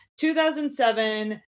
2007